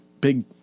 big